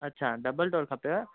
अच्छा double door खपेव